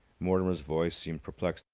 mortimer's voice seemed perplexed.